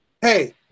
Hey